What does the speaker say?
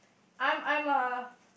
I'm I'm a